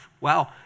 Wow